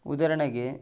ಉದಾಹರ್ಣೆಗೆ